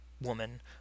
woman